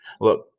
Look